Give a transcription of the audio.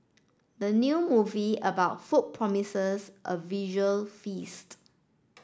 the new movie about food promises a visual feast